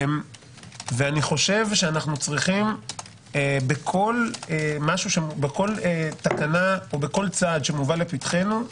אני חושב, שבכל צעד שמובא לפתחנו,